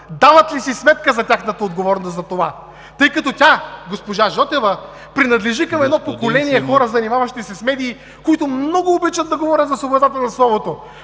дават ли си сметка за тяхната отговорност за това? Тъй като тя – госпожа Жотева, принадлежи към едно поколение хора, занимаващи се с медии, които много обичат да говорят за свободата на словото,